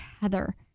Heather